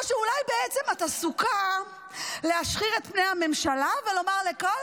או שאולי בעצם את עסוקה בלהשחיר את פני הממשלה ולומר לכל